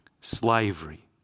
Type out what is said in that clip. slavery